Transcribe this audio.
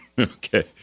Okay